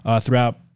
throughout